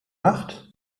macht